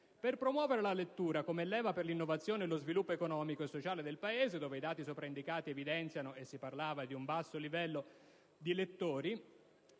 «Per promuovere la lettura, come leva per l'innovazione e lo sviluppo economico e sociale del Paese, dove i dati sopra indicati evidenziano un livello molto basso di «lettori»,